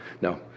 No